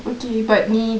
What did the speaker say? okay but நீ:nee